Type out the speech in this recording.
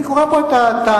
אני קורא פה את הטענות,